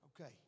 Okay